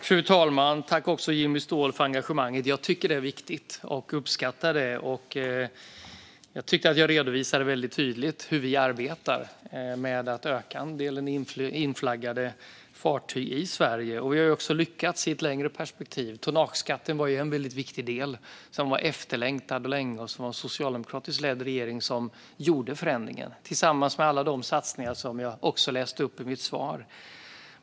Fru talman! Tack, Jimmy Ståhl, för engagemanget! Jag tycker att det är viktigt och uppskattar det. Jag tycker att jag väldigt tydligt redovisade hur vi arbetar med att öka andelen inflaggade fartyg i Sverige, och i ett längre perspektiv har vi lyckats. Tonnageskatten var en väldigt viktig del, som var efterlängtad. Det var en socialdemokratiskt ledd regering som gjorde denna förändring, tillsammans med alla de satsningar som jag läste upp i mitt svar.